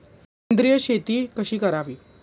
सेंद्रिय शेती कशी करावी?